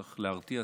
צריך להרתיע,